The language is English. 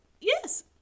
yes